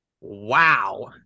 Wow